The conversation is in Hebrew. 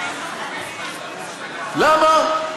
למה?